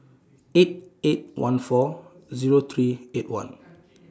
eight eight one four Zero three eight one